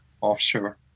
offshore